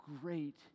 great